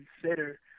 consider